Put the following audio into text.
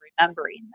remembering